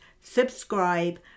subscribe